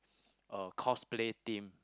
uh cosplay theme